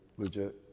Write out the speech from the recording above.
Legit